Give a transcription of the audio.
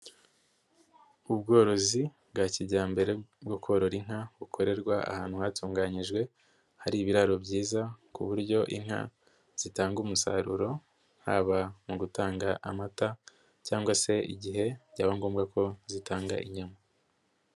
Ubworozi bwa kijyambere bwo korora inka bukorerwa ahantu hatunganyijwe hari ibiraro byiza ku buryo inka zitanga umusaruro haba mu gutanga amata cyangwa se igihe byaba ngombwa ko zitanga inyama.